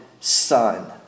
son